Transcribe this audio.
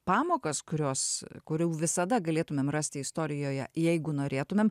pamokas kurios kurių visada galėtumėm rasti istorijoje jeigu norėtumėm